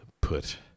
put